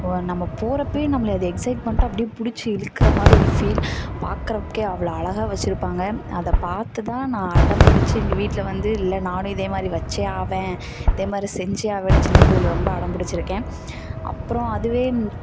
நம்ம போகிறப்பையே நம்மளை அது எக்சைட்மெண்ட்டாக அப்படியே பிடிச்சி இழுக்குற மாதிரி ஒரு ஃபீல் பாக்குறதுக்கே அவ்வளோ அழகா வெச்சிருப்பாங்க அதை பார்த்து தான் நான் அடம்பிடித்து எங்கள் வீட்டில் வந்து இல்லை நானும் இதேமாதிரி வெச்சே ஆவேன் இதே மாதிரி செஞ்சே ஆவேன் சின்ன பிள்ளைல ரொம்ப அடம் பிடிச்சிருக்கேன் அப்புறம் அதுவே